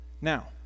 Now